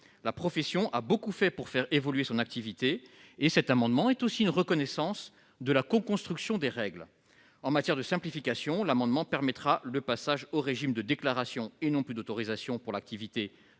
La profession a beaucoup oeuvré pour faire évoluer son activité, et cet amendement est aussi une reconnaissance de la coconstruction des règles. En matière de simplification, l'amendement permettra le passage au régime de déclaration, et non plus d'autorisation, pour l'activité